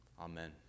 Amen